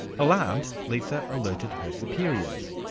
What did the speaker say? alarmed, lisa alerted her superiors.